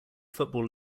football